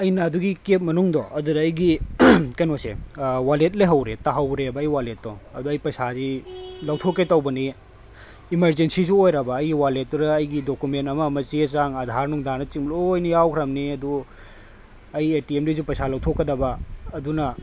ꯑꯩꯅ ꯑꯗꯨꯒꯤ ꯀꯦꯐ ꯃꯅꯨꯡꯗꯣ ꯑꯗꯨꯗ ꯑꯩꯒꯤ ꯀꯩꯅꯣꯁꯦ ꯋꯥꯂꯦꯠ ꯂꯩꯍꯧꯔꯦ ꯇꯥꯍꯧꯔꯦꯕ ꯑꯩ ꯋꯥꯂꯦꯠꯇꯣ ꯑꯗꯣ ꯑꯩ ꯄꯩꯁꯥꯁꯤ ꯂꯧꯊꯣꯛꯀꯦ ꯇꯧꯕꯅꯤ ꯏꯃꯥꯔꯖꯦꯟꯁꯤꯁꯨ ꯑꯣꯏꯔꯕ ꯑꯩ ꯋꯥꯂꯦꯠꯇꯨꯗ ꯑꯩꯒꯤ ꯗꯣꯀꯨꯃꯦꯟ ꯑꯃ ꯑꯃ ꯆꯦꯆꯥꯡ ꯑꯙꯥꯔ ꯅꯨꯡꯙꯥꯔꯅꯆꯤꯡꯕ ꯂꯣꯏꯅ ꯌꯥꯎꯈ꯭ꯔꯕꯅꯤ ꯑꯗꯨ ꯑꯩ ꯑꯦꯇꯦꯝꯗꯒꯤꯁꯨ ꯄꯩꯁꯥ ꯂꯧꯊꯣꯛꯗꯕ ꯑꯗꯨꯅ